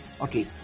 Okay